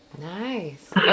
Nice